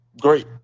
great